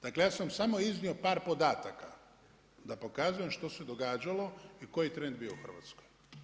Dakle, ja sam samo iznio par podataka da pokazujem što se događalo i koji je trend bio u Hrvatskoj.